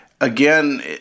again